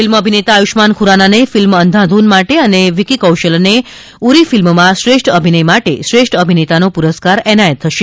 film અભિનેતા આયુષ્યમાન ખુરાનાને film Andhadhun માટે અને વિક્કી કૌશલને ઉરી ફિલ્મમાં શ્રેષ્ઠ અભિનય માટે શ્રેષ્ઠ અભિનેતાનો પુરસ્કાર એનાયત થશે